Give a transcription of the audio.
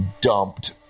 dumped